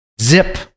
Zip